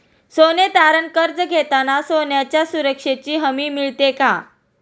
सोने तारण कर्ज घेताना सोन्याच्या सुरक्षेची हमी मिळते का?